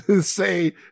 say